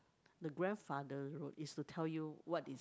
the grandfather road is to tell you what is